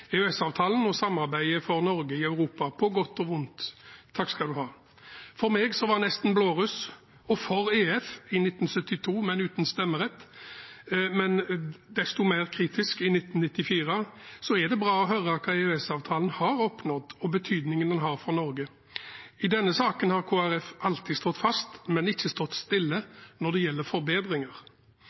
i 1972 var nesten blåruss og for EF, men uten stemmerett – men desto mer kritisk i 1994 – er det bra å høre hva EØS-avtalen har oppnådd og betydningen den har for Norge. I denne saken har Kristelig Folkeparti alltid stått fast, men ikke stått stille, når det gjelder forbedringer.